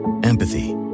Empathy